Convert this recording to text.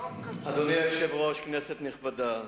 אדוני היושב-ראש, כנסת נכבדה,